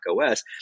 OS